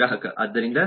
ಗ್ರಾಹಕ ಆದ್ದರಿಂದ